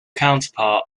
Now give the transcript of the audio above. counterpart